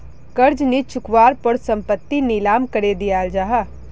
कर्ज नि चुक्वार पोर संपत्ति नीलाम करे दियाल जाहा